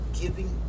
giving